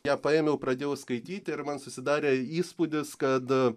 ją paėmiau pradėjau skaityt ir man susidarė įspūdis kad